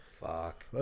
Fuck